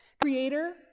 Creator